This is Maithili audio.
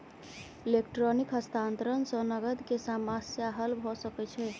इलेक्ट्रॉनिक हस्तांतरण सॅ नकद के समस्या हल भ सकै छै